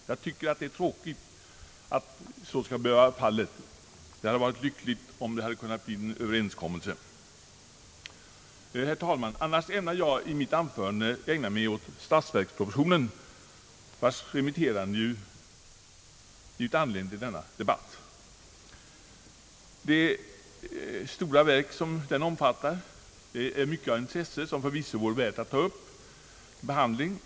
Jag tycker att det är tråkigt att det skall behöva bli strid i dessa frågor. Det hade varit lyckligt om en överenskommelse hade kommit till stånd. För övrigt ämnar jag i mitt anförande ägna mig åt statsverkspropositionen, vars remitterande till utskott ju givit anledning till denna debatt. Detta stora verk innehåller mycket av intresse som det förvisso vore värt att ta upp till behandling.